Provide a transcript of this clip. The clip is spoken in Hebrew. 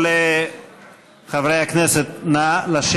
התשע"ח 2018, נתקבלה.